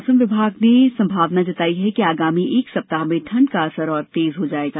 मौसम विभाग ने संभावना जताई है कि आगामी एक सप्ताह में ठंड का असर और तेज हो जाएगा